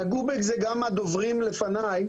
נגעו בזה גם הדוברים לפניי,